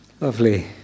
lovely